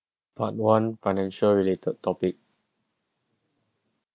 but one financial related topic